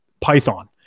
Python